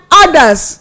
others